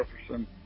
Jefferson